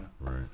Right